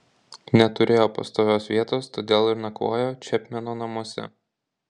neturėjo pastovios vietos todėl ir nakvojo čepmeno namuose